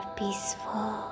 peaceful